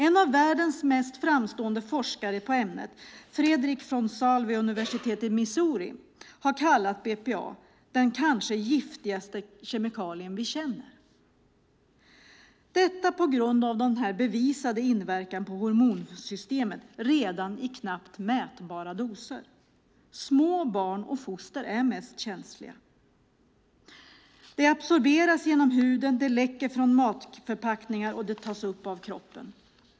En av världens mest framstående forskare på ämnet, Frederick vom Saal vid universitet i Missouri, har kallat BPA "den kanske giftigaste kemikalien vi känner", detta är på grund av dess bevisade inverkan på hormonsystemet redan i knappt mätbara doser. Små barn och foster är mest känsliga. Det absorberas genom huden. Det läcker från matförpackningar och tas upp av kroppen.